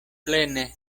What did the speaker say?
plene